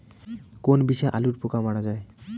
কোন বিষে আলুর পোকা মারা যায়?